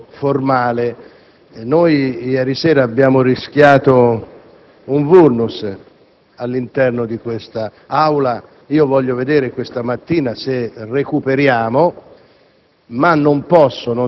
Non è un fatto formale. Ieri sera abbiamo rischiato un *vulnus* all'interno di quest'Aula. Voglio vedere questa mattina se recuperiamo,